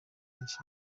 benshi